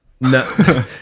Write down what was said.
No